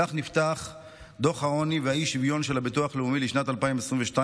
כך נפתח דוח העוני והאי-שוויון של הביטוח הלאומי לשנת 2022,